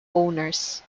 owners